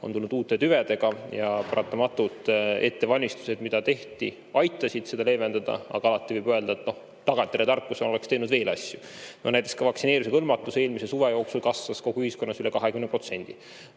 on tulnud uute tüvedega, ja paratamatult ettevalmistused, mida tehti, aitasid seda leevendada, aga alati võib öelda, et tagantjäreletarkusena oleks teinud veel asju. No näiteks ka vaktsineerimisega hõlmatus eelmise suve jooksul kasvas kogu ühiskonnas üle 20%.